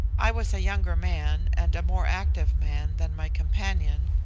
i was a younger man and a more active man than my companion,